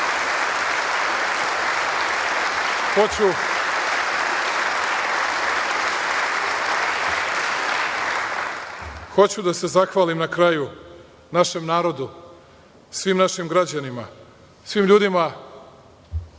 ognjišta. Hoću da se zahvalim na kraju našem narodu, svim našim građanima, svim ljudima,